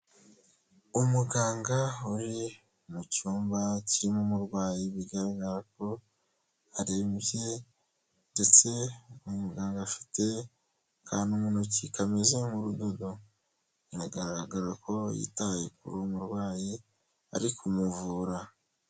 Umuganga uri mu cyumba kirimo umurwayi, bigaragara ko arembye ndetse umuganga afite akantu mu ntoki kameze nk'urudodo, biragaragara ko yitaye kuri uyu murwayi ari kumuvura.